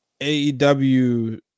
AEW